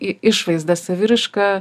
į išvaizdą saviraiška